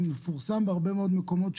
מפורסם בהרבה מאוד מקומות,